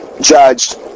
judged